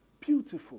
beautiful